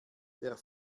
der